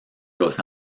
los